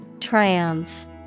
triumph